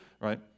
right